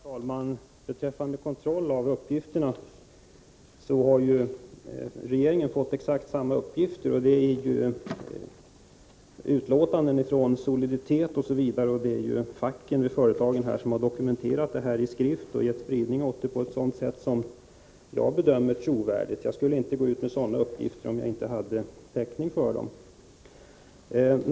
Herr talman! Beträffande kontroll av uppgifterna: Regeringen har fått exakt samma uppgifter. Det gäller utlåtanden från Soliditet m.m., och facken vid företagen har dokumenterat förhållandena i en skrift och gett spridning åt den på ett sådant sätt att jag bedömer uppgifterna som trovärdiga. Jag skulle inte gå ut med dessa uppgifter om jag inte hade täckning för dem.